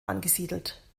angesiedelt